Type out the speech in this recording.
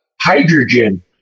hydrogen